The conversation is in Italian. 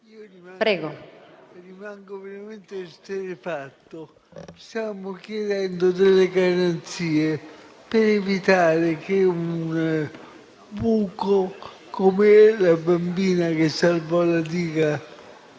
rimango veramente esterrefatto. Stiamo chiedendo garanzie per evitare che da un buco, come quello del bambino che salvò la diga